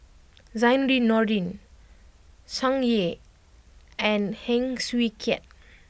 Zainudin Nordin Tsung Yeh and Heng Swee Keat